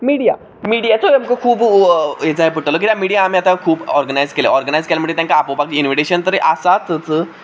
media मिडियाचो आमकां खूब हें जाय पडटलो कित्याक मिडिया आमी आतां ऑर्गनायज केला खूब ऑर्गनायज केला ऑर्गनायज केला म्हणटकीर तेंका इन्वीटेशन तरी आसातच